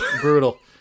Brutal